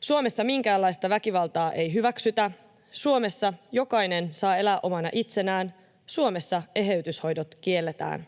Suomessa minkäänlaista väkivaltaa ei hyväksytä, Suomessa jokainen saa elää omana itsenään, Suomessa eheytyshoidot kielletään.